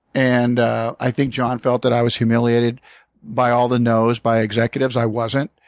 and ah i think jon felt that i was humiliated by all the nos by executives i wasn't.